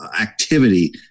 activity